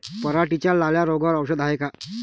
पराटीच्या लाल्या रोगावर औषध हाये का?